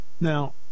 Now